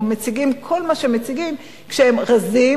או כל מה שהם מציגים הם מציגים כשהם רזים.